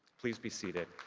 please be seated.